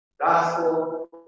Gospel